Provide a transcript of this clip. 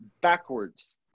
backwards